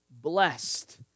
blessed